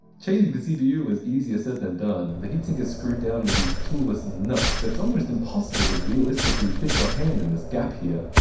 changing the cpu was easier said than done. the heatsink is screwed down with these tool-less nuts but it's almost impossible to realistically fit your hand in this gap here.